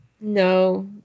No